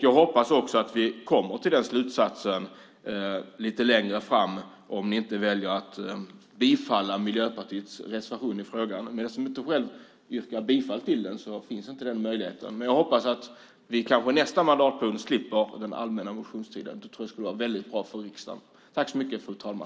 Jag hoppas att vi kommer till den slutsatsen lite längre fram, om ni inte väljer att bifalla Miljöpartiets reservation i frågan. Men jag kommer inte själv att yrka bifall till den, så den möjligheten finns inte. Jag hoppas att vi nästa mandatperiod slipper den allmänna motionstiden - det skulle vara väldigt bra för riksdagen.